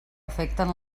afecten